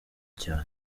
cyane